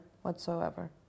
whatsoever